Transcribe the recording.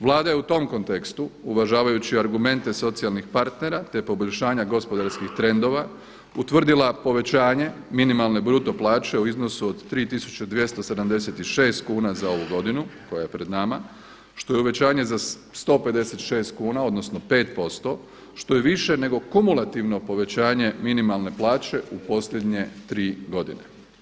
Vlada je u tom kontekstu uvažavajući argumente socijalnih partnera, te poboljšanja gospodarskih trendova utvrdila povećanje minimalne bruto plaće u iznosu od 3.276 kuna za ovu godinu koja je pred nama, što je uvećanje za 156 kuna odnosno 5%, što je više nego kumulativno povećanje minimalne plaće u posljednje tri godine.